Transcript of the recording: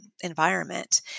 environment